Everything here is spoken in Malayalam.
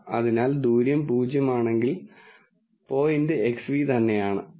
ഈ ഔട്ട്പുട്ടുകളുടെ നിരവധി സാമ്പിളുകളും ഈ ഔട്ട്പുട്ടുകൾക്ക് കാരണമായ അനുബന്ധ ആട്രിബ്യൂട്ടുകളും നൽകിയിരിക്കുന്നു